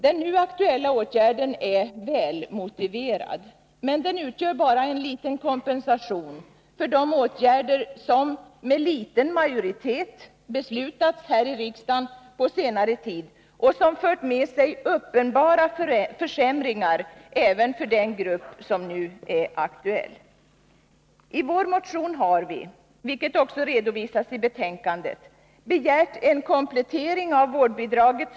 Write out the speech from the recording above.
Den nu aktuella åtgärden är välmotiverad, men den utgör endast en liten kompensation för de åtgärder som med liten majoritet beslutats här i riksdagen på senare tid och som fört med sig uppenbara försämringar även för den grupp som nu är aktuell. I vår motion har vi, vilket också redovisas i betänkandet, begärt en komplettering av vårdbidraget.